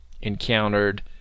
encountered